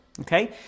okay